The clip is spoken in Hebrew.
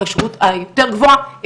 הכשרות היותר גבוהה,